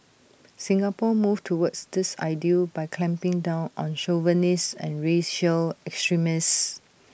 Singapore moved towards this ideal by clamping down on chauvinists and racial extremists